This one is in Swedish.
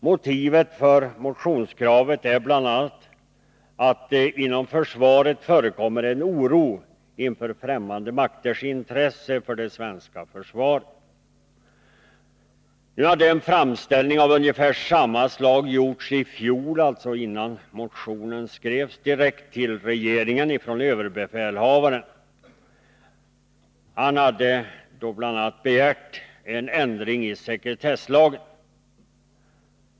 Motivet för motionskravet är bl.a. att det inom försvaret förekommer en oro inför främmande makters intresse för det svenska försvaret. En framställning av ungefär samma slag hade gjorts i fjol — alltså innan motionen skrevs — direkt till regeringen från överbefälhavaren. Han begärde då bl.a. ändring i sekretesslagen.